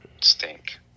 stink